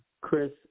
Chris